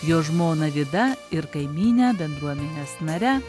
jo žmona vida ir kaimyne bendruomenės nare